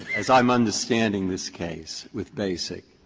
as i'm understanding this case with basic,